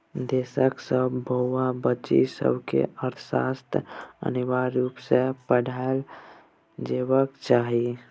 देशक सब बौआ बुच्ची सबकेँ अर्थशास्त्र अनिवार्य रुप सँ पढ़ाएल जेबाक चाही